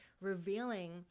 revealing